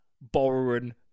borrowing